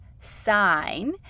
sign